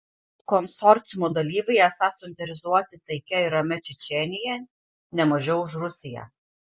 konsorciumo dalyviai esą suinteresuoti taikia ir ramia čečėnija ne mažiau už rusiją